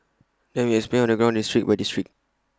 and then we explained IT on district by district